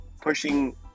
pushing